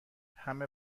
همه